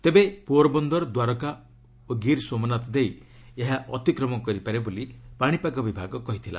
ତେବେ ପୋରବନ୍ଦର ଦ୍ୱାରକା ଓ ଗିର୍ସୋମନାଥ ଦେଇ ଏହା ଅତିକ୍ରମ କରିପାରେ ବୋଲି ପାଣିପାଗ ବିଭାଗ କହିଥିଲା